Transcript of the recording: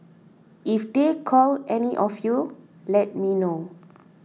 if they call any of you let me know